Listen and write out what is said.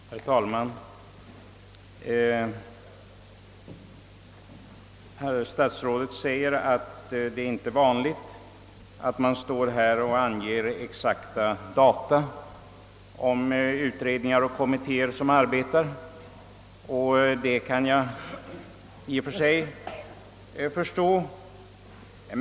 Herr talman! Herr statsrådet säger att det inte är vanligt att man från denna talarstol lämnar exakta data om utredningars och kommittéers arbete. Det kan jag i och för sig förstå.